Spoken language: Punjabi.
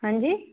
ਹਾਂਜੀ